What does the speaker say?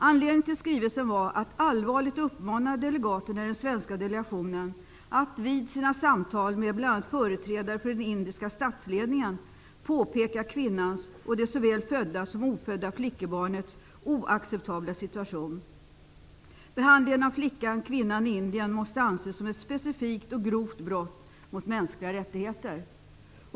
Syftet med skrivelsen var att allvarligt uppmana delegaterna i den svenska delegationen att vid sina samtal med bl.a. företrädare för den indiska statsledningen påpeka kvinnans och såväl det födda som ofödda flickebarnets oacceptabla situation. Behandlingen av flickan/kvinnan i Indien måste anses som ett specifikt och grovt brott mot mänskliga rättigheter.